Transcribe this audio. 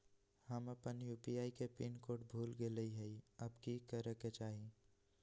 हम अपन यू.पी.आई के पिन कोड भूल गेलिये हई, अब की करे के चाही?